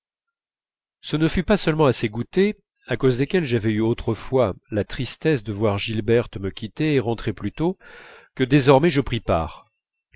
ce ne fut pas seulement à ces goûters à cause desquels j'avais eu autrefois la tristesse de voir gilberte me quitter et rentrer plus tôt que désormais je pris part